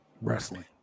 Wrestling